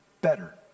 better